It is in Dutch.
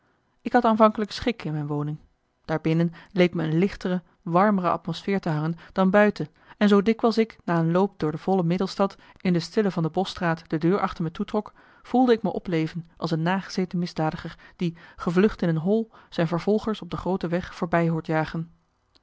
ik had aanvankelijk schik in mijn woning daar binnen leek me een lichtere warmere atmosfeer te hangen dan buiten en zoo dikwijls ik na een loop door de volle middelstad in de stille van den boschstraat de deur achter me toetrok voelde ik me opleven als een nagezeten misdadiger die gevlucht in een hol zijn vervolgers op de groote weg voorbij hoort jagen